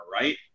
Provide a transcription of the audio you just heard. right